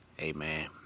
Amen